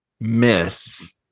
Miss